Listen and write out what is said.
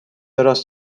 راست